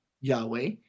Yahweh